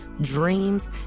dreams